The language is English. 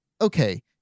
okay